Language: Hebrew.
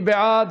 מי בעד?